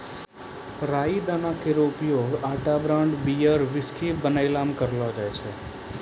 राई दाना केरो उपयोग आटा ब्रेड, बियर, व्हिस्की बनैला म करलो जाय छै